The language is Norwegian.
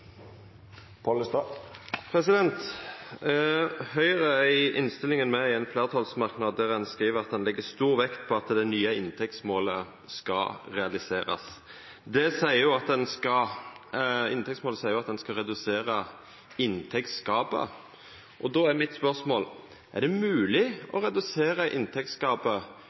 Høgre er i innstillinga med i ein fleirtalsmerknad der ein skriv at ein legg stor vekt på at det nye inntektsmålet skal realiserast. Inntektsmålet seier jo at ein skal redusera inntektsgapet. Då er mitt spørsmål: Er det mogleg å redusera inntektsgapet